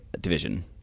division